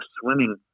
swimming